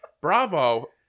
Bravo